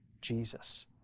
Jesus